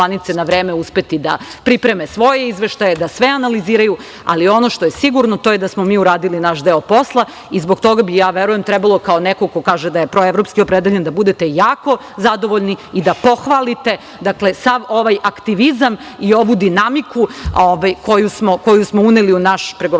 na vreme uspeti da pripreme svoje izveštaje, da sve analiziraju, ali ono što je sigurno, to je da smo mi uradili naš deo posla i zbog toga bi, ja verujem, kao neko ko kaže da je proevropski opredeljen, da budete jako zadovoljni i da pohvalite sav ovaj aktivizam i ovu dinamiku koju smo uneli u naš pregovarački